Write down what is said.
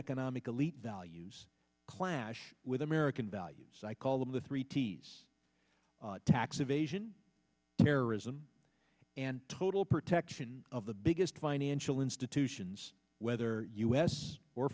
economic elite values clash with american values i call them the three ts tax evasion terrorism and total protection of the biggest financial institutions whether u s or